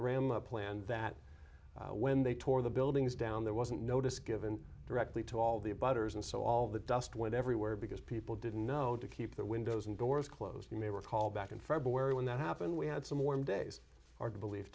ram a plan that when they tore the buildings down there wasn't notice given directly to all the butter's and so all the dust went everywhere because people didn't know to keep their windows and doors closed and they were called back in february when that happened we had some warm days are believe